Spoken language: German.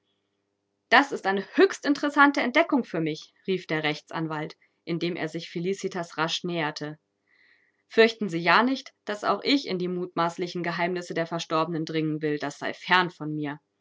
das ist eine höchst interessante entdeckung für mich rief der rechtsanwalt indem er sich felicitas rasch näherte fürchten sie ja nicht daß auch ich in die mutmaßlichen geheimnisse der verstorbenen dringen will das sei fern von mir